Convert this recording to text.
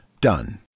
Done